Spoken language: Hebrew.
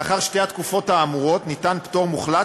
לאחר שתי התקופות האמורות ניתן פטור מוחלט